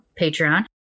Patreon